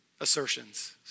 Assertions